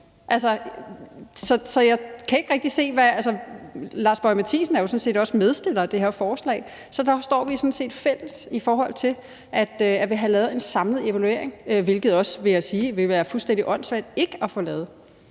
havde massive konsekvenser. Hr. Lars Boje Mathiesen er jo sådan set også medstiller af det her forslag, så der står vi sådan set fælles i forhold til at ville have lavet en samlet evaluering, hvilket også, vil jeg sige, ville være fuldstændig åndssvagt ikke at få lavet.